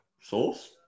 sauce